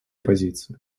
позиции